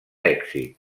èxit